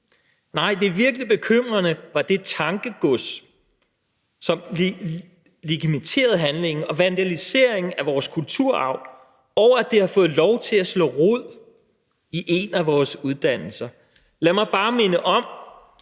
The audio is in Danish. Nej, det virkelig bekymrende var, at det tankegods, som legitimerer handlingen, og vandaliseringen af vores kulturarv har fået lov til at slå rod i en af vores uddannelser. Lad mig bare minde om,